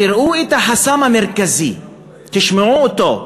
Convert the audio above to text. תראו את החסם המרכזי, תשמעו אתו: